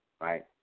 Right